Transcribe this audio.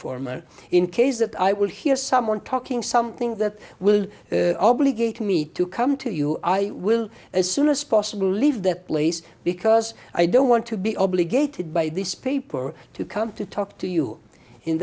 informant in case that i will hear someone talking something that will obligate me to come to you i will as soon as possible leave the place because i don't want to be obligated by this paper to come to talk to you in